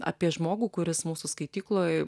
apie žmogų kuris mūsų skaitykloj